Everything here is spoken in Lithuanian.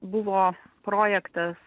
buvo projektas